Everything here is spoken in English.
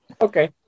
okay